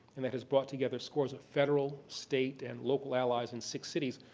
and that has brought together scores of federal, state, and local allies in six cities.